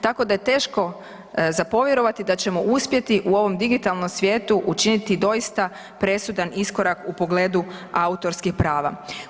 Tako da je teško za povjerovati da ćemo uspjeti u ovom digitalnom svijetu učiniti doista presudan iskorak u pogledu autorskih prava.